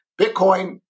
Bitcoin